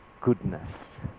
goodness